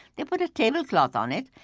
they'll put a tablecloth on it,